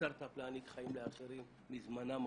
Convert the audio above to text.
סטארט אפ להעניק חיים לאחרים, מזמנם החופשי,